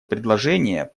предложение